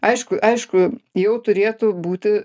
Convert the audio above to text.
aišku aišku jau turėtų būti